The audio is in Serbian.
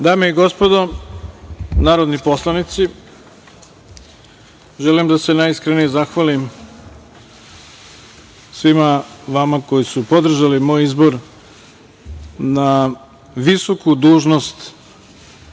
Dame i gospodo narodni poslanici, želim da se najiskrenije zahvalim svima vama koji su podržali moj izbor na visoku dužnost